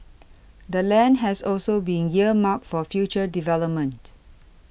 the land has also been earmarked for future development